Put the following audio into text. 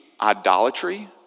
idolatry